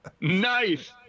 nice